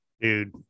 dude